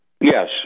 Yes